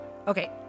Okay